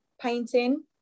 painting